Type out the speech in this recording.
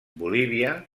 bolívia